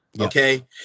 okay